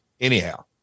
anyhow